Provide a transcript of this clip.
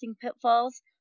pitfalls